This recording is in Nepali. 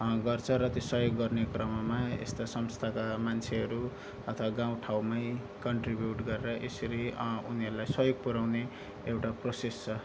गर्छ त्यस सहयोग गर्ने क्रममा यस्ता संस्थाका मान्छेहरू अथवा गाउँठाउँमै कन्ट्रिब्युट गरेर यसरी उनीहरूलाई सहयोग पुर्याउने एउटा प्रसेस छ